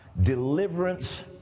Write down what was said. deliverance